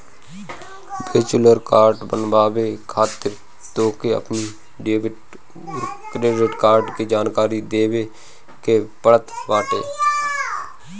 virtual card बनवावे खातिर तोहके अपनी डेबिट अउरी क्रेडिट कार्ड के जानकारी देवे के पड़त बाटे